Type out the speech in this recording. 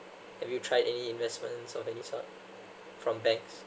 have you tried any investments of any sort from banks